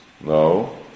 No